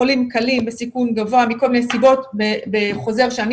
חולים קלים בסיכון גבוה מכל מיני סיבות בחוזר שאני